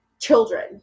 children